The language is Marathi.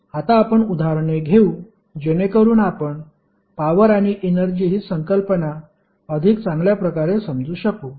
आता आपण उदाहरणे घेऊ जेणेकरुन आपण पॉवर आणि एनर्जी ही संकल्पना अधिक चांगल्या प्रकारे समजू शकू